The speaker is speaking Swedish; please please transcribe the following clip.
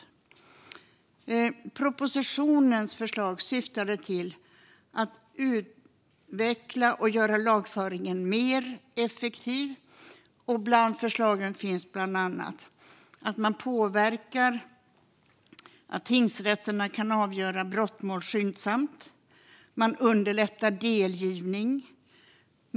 Propositionens förslag syftar till att utveckla och göra lagföringen mer effektiv. Bland förslagen finns bland annat att man påverkar tingsrätterna att avgöra brottmål skyndsamt genom att underlätta delgivning.